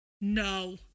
No